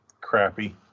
crappy